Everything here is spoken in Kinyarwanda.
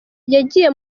yagiye